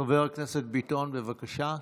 חבר הכנסת ביטון, בבקשה.